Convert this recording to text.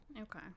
Okay